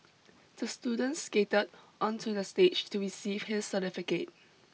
the student skated onto the stage to receive his certificate